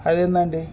అది ఏమిటి అండి